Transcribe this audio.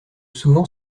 souvent